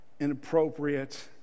inappropriate